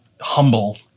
humble